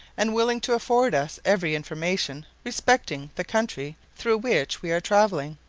and willing to afford us every information respecting the country through which we were travelling.